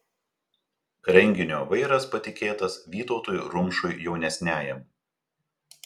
renginio vairas patikėtas vytautui rumšui jaunesniajam